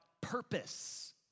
purpose